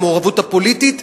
המעורבות הפוליטית,